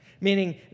Meaning